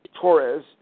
Torres